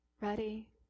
ready